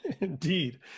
indeed